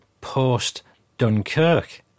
post-Dunkirk